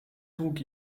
trug